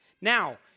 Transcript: Now